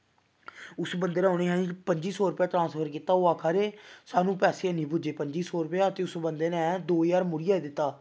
उस बंदे ने उ'नेंई पंज्जी सौ रपेआ ट्रांसफर कीता ओह् आक्खा दे सानूं पैसे निं पुज्जे पं'जी सौ उस बंदे ने दो ज्हार मुड़ियै दित्ता